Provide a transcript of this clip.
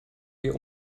wir